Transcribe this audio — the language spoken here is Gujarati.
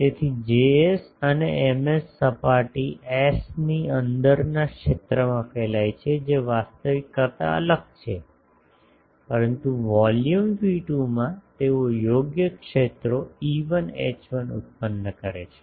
તેથી Js અને Ms સપાટી S ની અંદરના ક્ષેત્રમાં ફેલાય છે જે વાસ્તવિક કરતા અલગ છે પરંતુ વોલ્યુમ V2 માં તેઓ યોગ્ય ક્ષેત્રો E1 H1 ઉત્પન્ન કરે છે